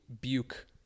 Buke